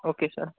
okay sir